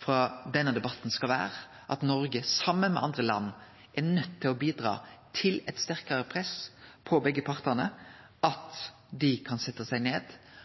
frå denne debatten skal vere at Noreg saman med andre land er nøydd til å bidra til eit sterkare press på begge partar for at dei kan setje seg ned.